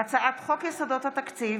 הצעת חוק יסודות התקציב